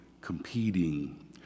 competing